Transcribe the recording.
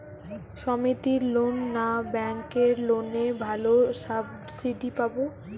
সমিতির লোন না ব্যাঙ্কের লোনে ভালো সাবসিডি পাব?